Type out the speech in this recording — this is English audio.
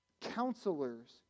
counselors